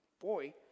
boy